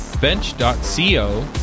Bench.co